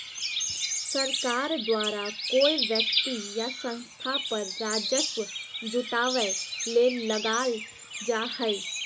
सरकार द्वारा कोय व्यक्ति या संस्था पर राजस्व जुटावय ले लगाल जा हइ